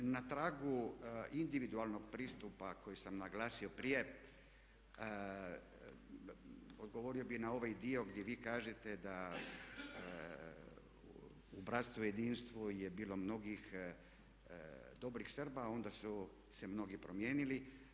Na tragu individualnog pristupa koji sam naglasio prije odgovorio bih na ovaj dio gdje vi kažete da u bratstvu i jedinstvu je bilo mnogih dobrih Srba a onda su se mnogi promijenili.